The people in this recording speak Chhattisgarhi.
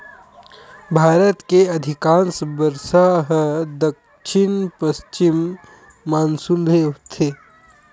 भारत के अधिकांस बरसा ह दक्छिन पस्चिम मानसून ले होथे